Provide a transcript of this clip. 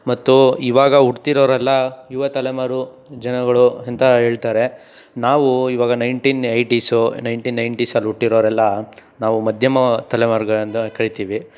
ಮತ್ತು ಇವಾಗ ಹುಟ್ತಿರೋರೆಲ್ಲ ಯುವ ತಲೆಮಾರು ಜನಗಳು ಅಂತ ಹೇಳ್ತಾರೆ ನಾವು ಇವಾಗ ನೈನ್ಟೀನ್ ಯೈಟೀಸ್ ನೈನ್ಟೀನ್ ನೈಂಟೀಸಲ್ಲಿ ಹುಟ್ಟಿರೋರೆಲ್ಲ ನಾವು ಮಧ್ಯಮ ತಲೆಮಾರುಗಳೆಂದು ಕರೀತೀವಿ